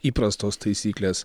įprastos taisyklės